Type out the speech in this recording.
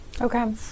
Okay